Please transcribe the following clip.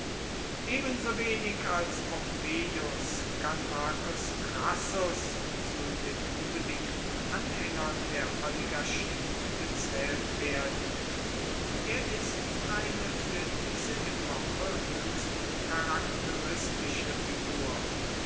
ebensowenig als pompeius kann marcus crassus zu den unbedingten anhängern der oligarchie gezählt werden er ist eine für diese epoche höchst charakteristische figur